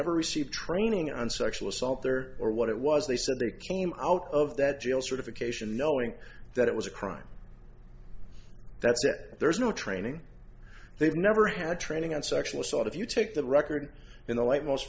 ever received training on sexual assault there or what it was they said they came out of that jail sort of occasion knowing that it was a crime that's it there's no training they've never had training on sexual assault if you take the record in the light most